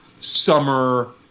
summer